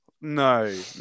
No